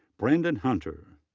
brandon hunter.